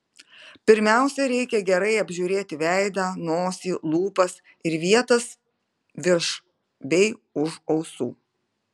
pirmiausia reikia gerai apžiūrėti veidą nosį lūpas ir vietas virš bei už ausų